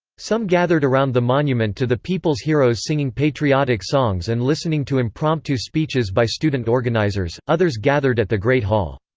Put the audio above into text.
some gathered around the monument to the people's heroes singing patriotic songs and listening to impromptu speeches by student organizers, others gathered at the great hall.